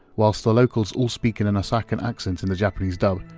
whilst the locals all speak in in a osakan accent in the japanese dub,